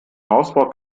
hausbau